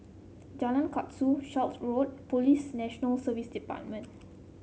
Jalan Kasau Shelford Road Police National Service Department